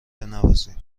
بنوازی